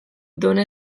done